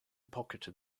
pocketed